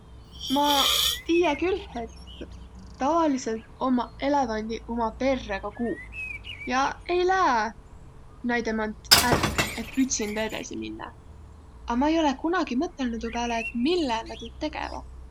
Ma tiiä külh, et tavalidsõlt ommaq elevandiq uma perrega kuuh ja ei lääq näide mant ärq, et ütsindä edesi minnäq, a ma ei olõq kunagi mõtõlnuq tuu pääle, et mille nä tuud tegeväq.